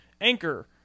Anchor